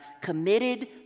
committed